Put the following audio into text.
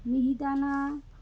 মিহিদানা